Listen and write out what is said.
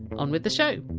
on with the show